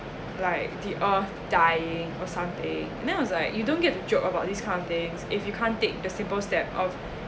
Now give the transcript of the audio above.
like the earth dying or something and then I was like you don't get the joke about these kind of things if you can't take the simple step of